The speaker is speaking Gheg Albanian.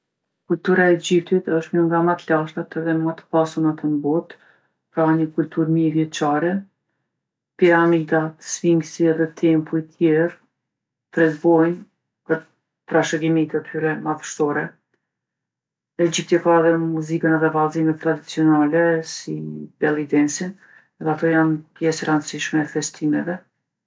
Kultura e Egjiptit është një nga ma t'lashtat edhe ma t'pasunat n'botë, pra ni kulturë mijëvjeçare. Piramidat, sfinksi edhe tempujt tjerë tregojnë për trashëgimi të tyre madhshtore. Egjipti e ka edhe muzikën edhe vallzimet tradicionale, si belli densin dhe ato janë pjesë e randsishme e festimeve.